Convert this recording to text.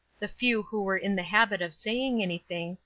the few who were in the habit of saying anything,